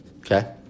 Okay